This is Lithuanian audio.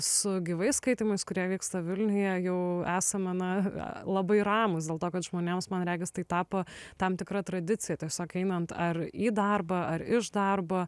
su gyvais skaitymais kurie vyksta vilniuje jau esame na labai ramūs dėl to kad žmonėms man regis tai tapo tam tikra tradicija tiesiog einant ar į darbą ar iš darbo